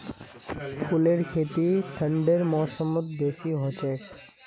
फूलेर खेती ठंडी मौसमत बेसी हछेक